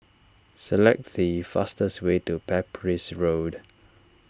select the fastest way to Pepys Road